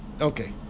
okay